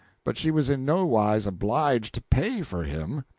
but she was in no wise obliged to pay for him.